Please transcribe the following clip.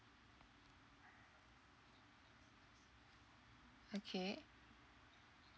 okay